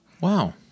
Wow